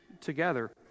together